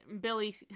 Billy